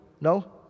No